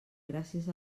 gràcies